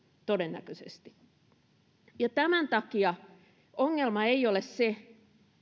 todennäköisesti tämän takia ongelma ei ole se